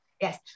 yes